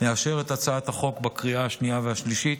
לאשר את הצעת החוק בקריאה השנייה והשלישית.